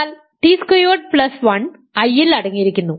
എന്നാൽ T squared plus 1 I ൽ അടങ്ങിയിരിക്കുന്നു